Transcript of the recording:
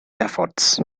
efforts